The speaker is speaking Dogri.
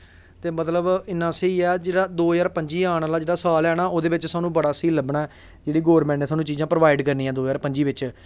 ते मतलव इन्ना स्हेई ऐ जेह्ड़ा दो ज्हार पंजी आन आह्ला जेह्ड़ा साल ऐ ना ओह्दे बिच्च साह्नू बड़ा स्हेई लब्भना ऐ जेह्ड़ी गौरमैंट नै साह्नू चीज़ां प्रोवाईड करियां दो ज्हार पंजी बिच्च